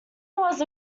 was